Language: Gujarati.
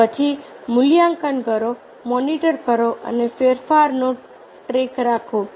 પછી મૂલ્યાંકન કરો મોનિટર કરો અને ફેરફારનો ટ્રૅક રાખો